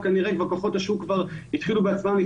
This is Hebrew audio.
כנראה כוחות השוק כבר התחילו בעצמם.